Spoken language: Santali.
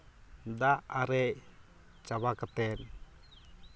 ᱫᱟᱜ ᱟᱨᱮᱡ ᱪᱟᱵᱟ ᱠᱟᱛᱮᱫ